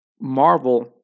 Marvel